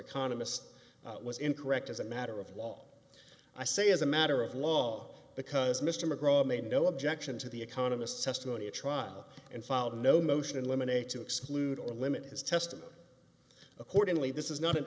economist was incorrect as a matter of law i say as a matter of law because mr mcgraw made no objection to the economists testimony a trial and filed no motion eliminate to exclude or limit his testimony accordingly this is not an